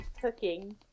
cooking